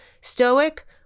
stoic